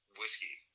whiskey